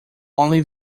only